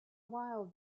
while